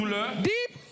Deep